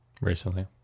Recently